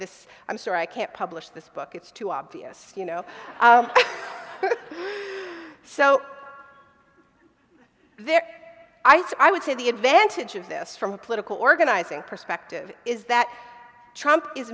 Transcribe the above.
this i'm sorry i can't publish this book it's too obvious you know so there i would say the advantage of this from a political organizing perspective is that trump is